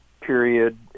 Period